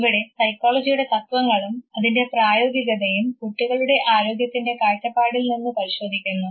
ഇവിടെ സൈക്കോളജിയുടെ തത്വങ്ങളും അതിൻറെ പ്രായോഗികതയും കുട്ടികളുടെ ആരോഗ്യത്തിൻറെ കാഴ്ചപ്പാടിൽനിന്ന് പരിശോധിക്കുന്നു